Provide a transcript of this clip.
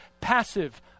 passive